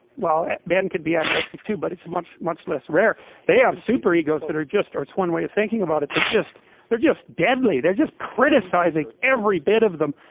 well men could be anorexic too, but it's much much less rare they have super egos that are just or one way of thinking about it that's just they're just deadly they're just criticizing every bit of them.